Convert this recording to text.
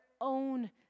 own